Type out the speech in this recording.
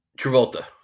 Travolta